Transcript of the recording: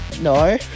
No